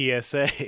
PSA